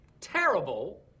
terrible